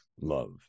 love